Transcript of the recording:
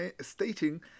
stating